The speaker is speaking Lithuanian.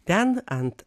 ten ant